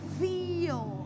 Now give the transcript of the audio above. feel